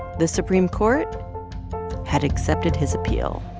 the supreme court had accepted his appeal